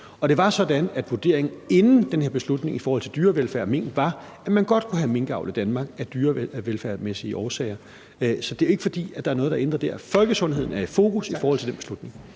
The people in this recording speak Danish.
det var sådan, at vurderingen – inden den her beslutning i forhold til dyrevelfærd og mink – var, at man godt kunne have minkavl i Danmark af dyrevelfærdsmæssige årsager. Så det er ikke, fordi der er noget, der er ændret der. Folkesundheden er i fokus i forhold til den beslutning.